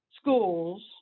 schools